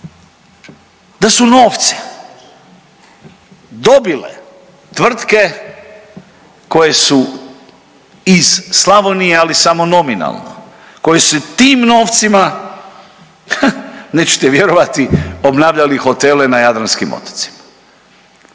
da su novce dobile tvrtke koje su iz Slavonije, ali samo nominalno, koje su tim novcima nećete vjerovati obnavljali hotele na jadranskim otocima.